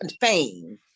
fame